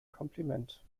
kompliment